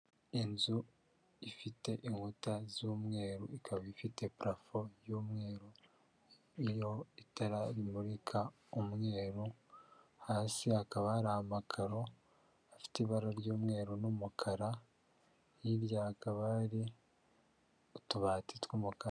Inzu ifite inkuta z'umweru, ikaba ifite parafo y'umweru, iriho itara rimurika umweru, hasi hakaba hari amakaro afite ibara ry'umweru n'umukara, hirya hakaba bari utubati tw'umukara.